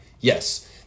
yes